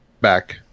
back